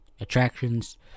attractions